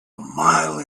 mile